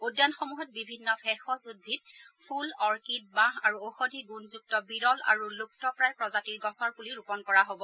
উদ্যানসমূহত বিভিন্ন ভেষজ উদ্ভিদ ফুল অৰ্কিড বাঁহ আৰু ঔষধী গুণযুক্ত বিৰল আৰু লুপুপ্ৰায় প্ৰজাতিৰ গছৰ পুলি ৰোপণ কৰা হ'ব